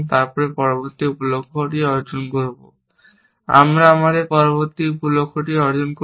তারপর আমরা পরবর্তী উপ লক্ষ্য অর্জন করব